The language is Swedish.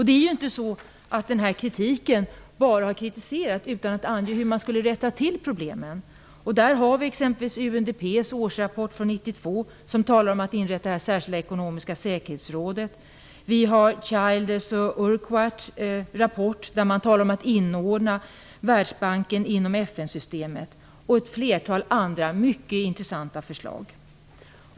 Det har inte bara kommit kritik, utan det har även angetts hur man skulle kunna rätta till problemen. I UNDP:s årsrapport 1992 talades om inrättandet av ett särskilt ekonomiskt säkerhetsråd. I Childers och Urquharts rapport talades det om att Världsbanken borde inordnas inom FN-systemet. Det finns även ett flertal andra mycket intressanta förslag.